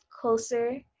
closer